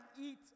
eat